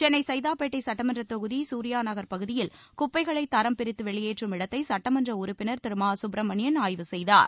சென்னை சைதாப்பேட்டை சட்டமன்றத் தொகுதி சூரியா நகர் பகுதியில் குப்பைகளைத் தரம் பிரித்து வெளியேற்றும் இடத்தை சட்டமன்ற உறுப்பினர் திரு மா சுப்பிரமணியன் ஆய்வு செய்தார்